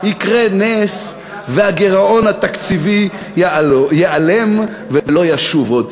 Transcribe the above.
יקרה נס והגירעון התקציבי ייעלם ולא ישוב עוד.